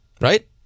Right